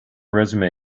resume